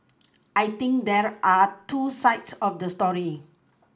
I think there are two sides of the story